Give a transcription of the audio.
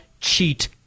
cheat